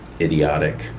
idiotic